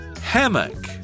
hammock